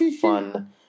fun